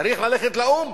צריך ללכת לאו"ם,